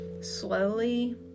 slowly